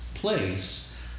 Place